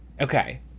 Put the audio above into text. Okay